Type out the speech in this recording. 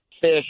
fish